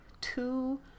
two